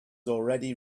already